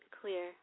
clear